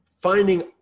finding